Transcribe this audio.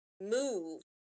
move